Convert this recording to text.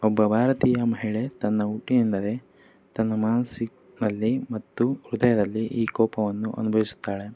ಒಬ್ಬ ಭಾರತೀಯ ಮಹಿಳೆ ತನ್ನ ಹುಟ್ಟಿನಿಂದಲೇ ತನ್ನ ಮಾನ್ಸಿಕ್ನಲ್ಲಿ ಮತ್ತು ಹೃದಯದಲ್ಲಿ ಈ ಕೋಪವನ್ನು ಅನುಭವಿಸುತ್ತಾಳೆ